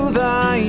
thy